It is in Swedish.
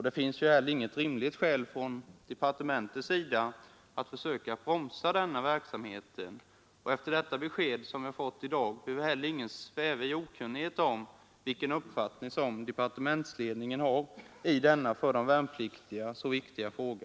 Det finns ju heller inte något rimligt skäl för departementet att försöka bromsa denna verksamhet. Efter detta besked som jag fått i dag behöver ingen sväva i okunnighet om vilken uppfattning departementsledningen har i denna för de värnpliktiga så viktiga fråga.